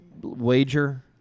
wager